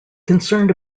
concerned